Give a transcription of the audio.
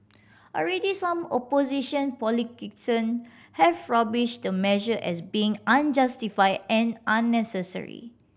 already some opposition politician have rubbished the measure as being unjustified and unnecessary